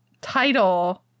title